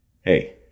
Hey